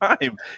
time